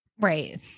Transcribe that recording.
Right